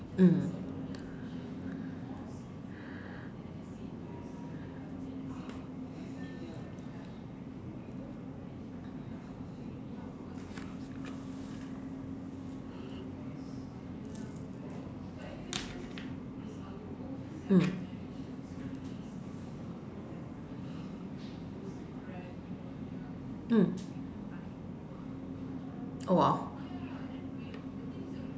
mm mm mm !wah!